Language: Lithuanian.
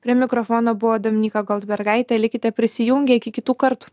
prie mikrofono buvo dominyka goldbergaitė likite prisijungę iki kitų kartų